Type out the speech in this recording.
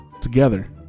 Together